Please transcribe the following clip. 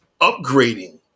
upgrading